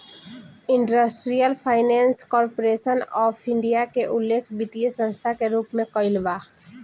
industrial finance corporation of India के उल्लेख वित्तीय संस्था के रूप में कईल बा